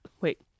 Wait